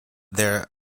their